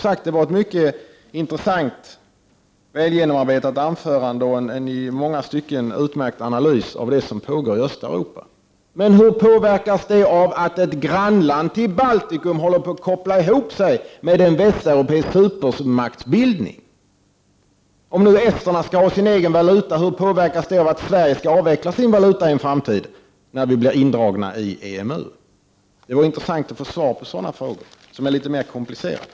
Det var ett mycket intressant, väl genomarbetat anförande och en i många stycken utmärkt analys av det som pågår i Östeuropa. Men hur påverkas det av att ett grannland till Baltikum håller på att koppla ihop sig med en västeuropeisk supermaktsbildning? Om nu esterna skall ha sin egen valuta, hur påverkas då det av att Sverige skall avveckla sin valuta i en framtid när vi blir indragna i EMU? Det vore intressant att få svar på sådana frågor, som är litet mer komplicerade.